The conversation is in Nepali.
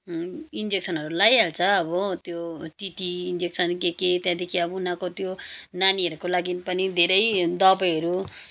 इन्जेक्सनहरू लगाइहाल्छ अब त्यो टिटी इन्जेक्सन के के त्यहाँदेखि अब उनीहरूको त्यो नानीहरूको लागि पनि धेरै दबाईहरू